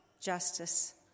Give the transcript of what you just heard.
justice